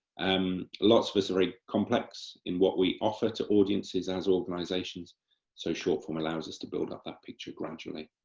um lots of us are very complex in what we offer to audiences as organisations so short form allows us to build up that picture gradually,